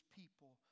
people